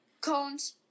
cones